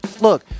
Look